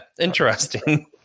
Interesting